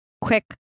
quick